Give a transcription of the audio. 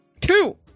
two